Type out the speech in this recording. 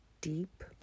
deep